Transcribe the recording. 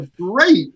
great